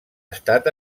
estat